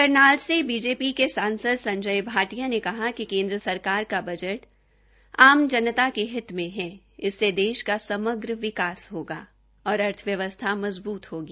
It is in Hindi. करनाल से बीजेपी के सांसद संजय भाटिया ने कहा कि केन्द्र सरकार का बजट आम जनता के हित में है इससे देश का समग्र विकास होगा और अर्थव्यवस्था मजबूत होगी